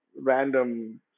random